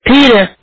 Peter